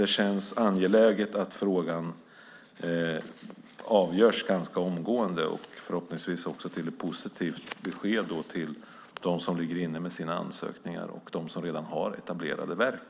Det känns därför angeläget att frågan avgörs ganska omgående och att det förhoppningsvis blir ett positivt besked till dem som har lämnat in ansökningar och till dem som redan har etablerade verk.